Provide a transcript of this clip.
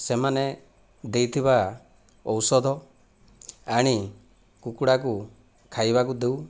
ସେମାନେ ଦେଇଥିବା ଔଷଧ ଆଣି କୁକୁଡ଼ାକୁ ଖାଇବାକୁ ଦେଉ